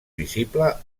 visible